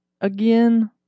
again